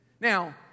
Now